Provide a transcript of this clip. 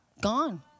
Gone